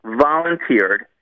volunteered